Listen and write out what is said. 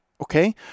okay